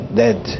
dead